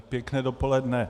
Pěkné dopoledne.